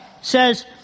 says